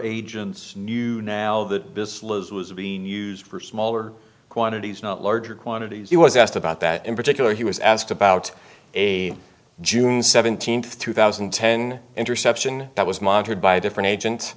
agents knew now that was being used for smaller quantities not larger quantities he was asked about that in particular he was asked about a june seventeenth two thousand and ten interception that was monitored by a different agent